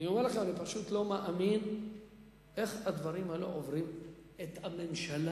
אני אומר לכם: אני פשוט לא מאמין איך הדברים האלה עוברים את הממשלה.